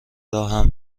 راهم